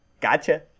gotcha